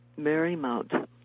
Marymount